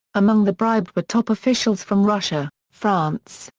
among the bribed were top officials from russia, france,